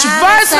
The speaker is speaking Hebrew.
נא לסיים.